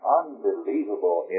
unbelievable